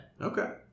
Okay